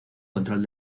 control